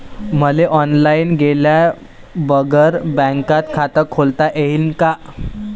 मले ऑनलाईन गेल्या बगर बँकेत खात खोलता येईन का?